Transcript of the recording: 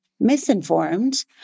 misinformed